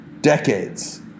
decades